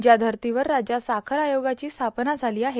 ज्या धर्तीवर राज्यात साखर आयोगाची स्थापना झाली आहे